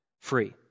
free